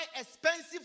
expensive